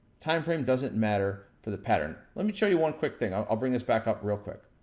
timeframe doesn't matter for the pattern. let me show you one quick thing. i'll i'll bring this back up real quick.